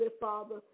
Father